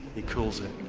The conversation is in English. he calls it.